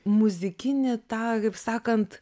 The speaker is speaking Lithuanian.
muzikinį tą kaip sakant